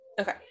Okay